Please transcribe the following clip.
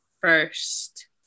first